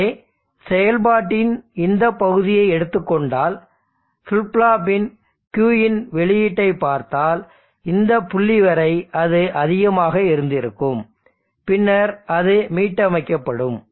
எனவே செயல்பாட்டின் இந்த பகுதியை எடுத்துக் கொண்டால் ஃபிளிப் ஃப்ளாப்பின் Q இன் வெளியீட்டைப் பார்த்தால் இந்த புள்ளி வரை அது அதிகமாக இருந்திருக்கும் பின்னர் அது மீட்டமைக்கப்படும்